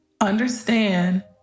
understand